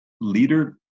leader